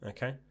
Okay